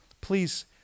Please